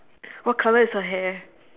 what colour is her hair